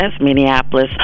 Minneapolis